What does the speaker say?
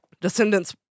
Descendants